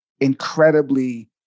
incredibly